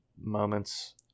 moments